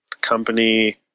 company